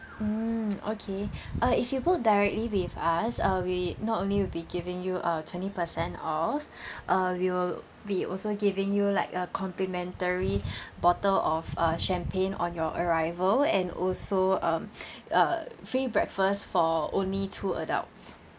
mm okay uh if you book directly with us uh we not only will be giving you a twenty percent off uh we will be also giving you like a complimentary bottle of uh champagne on your arrival and also um uh free breakfast for only two adults